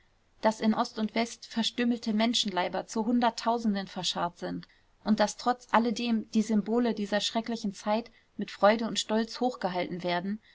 daß in ost und west verstümmelte menschenleiber zu hunderttausenden verscharrt sind und daß trotz alledem die symbole dieser schrecklichen zeit mit freude und stolz hochgehalten werden